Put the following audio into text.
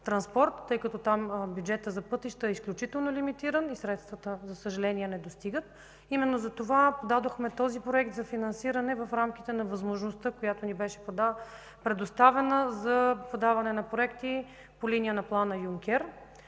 тъй като там бюджетът за пътища е изключително лимитиран и средствата, за съжаление, не достигат. Именно затова дадохме този проект за финансиране в рамките на възможността, която ни беше предоставена за подаване на проекти по линия на плана „Юнкер”.